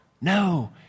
no